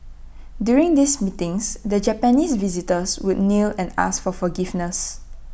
during these meetings the Japanese visitors would kneel and ask for forgiveness